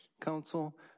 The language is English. Council